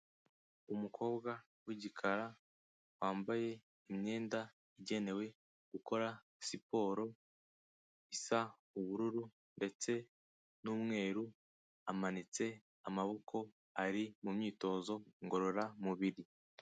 Umukobwa w'igikara wambaye imyenda igenewe gukora siporo isa ubururu ndetse n'umweru, amanitse amaboko, ari mu myitozo ngororamubiri.